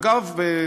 אגב,